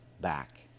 back